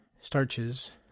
starches